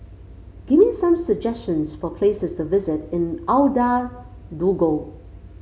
give me some suggestions for places to visit in Ouagadougou